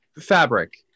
fabric